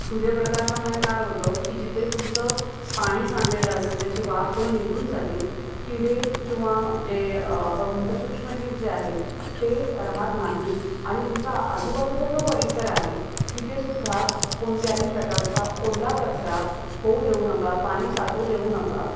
सूर्यप्रकाशामुळे काय होतं की जिथे तुमचं पाणी सांडलेलं असेल त्याची वाफ होऊन निघून जाते किडे किंवा जे आपण म्हणतो सूक्ष्मजीव जे आहेत ते राहत नाहीत आणि तुमचा आजूबाजूचा जो परिसर आहे तिथेसुद्धा कोणत्याही प्रकारचा ओला कचरा होऊ देऊ नका पाणी साठू देऊ नका